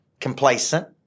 complacent